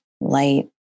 light